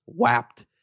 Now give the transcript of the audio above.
whapped